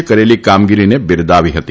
એ કરેલી કામગીરીને બિરદાવી હતી